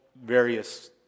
various